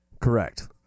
Correct